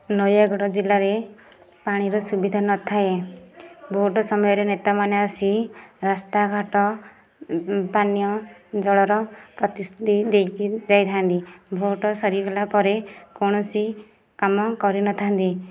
ନୟାଗଡ଼ ଜିଲ୍ଲାରେ ପାଣିର ସୁବିଧା ନଥାଏ ଭୋଟ ସମୟରେ ନେତାମାନେ ଆସି ରାସ୍ତା ଘାଟ ପାନୀୟ ଜଳର ପ୍ରତିଶୃତି ଦେଇକରି ଯାଇଥାନ୍ତି ଭୋଟ ସରିଗଲା ପରେ କୌଣସି କାମ କରିନଥାନ୍ତି